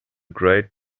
great